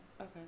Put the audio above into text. Okay